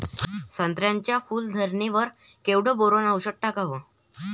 संत्र्याच्या फूल धरणे वर केवढं बोरोंन औषध टाकावं?